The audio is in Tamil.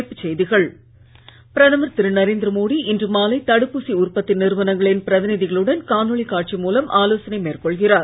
தலைப்புச் செய்திகள் பிரதமர் திரு நரேந்திர மோடி இன்று மாலை தடுப்பூசி உற்பத்தி நிறுவனங்களின் பிரதிநிதிகளுடன் காணொளி காட்சி மூலம் ஆலோசனை மேற்கொள்கிறார்